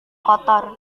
kotor